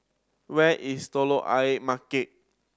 where is Telok Ayer Market